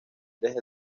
desde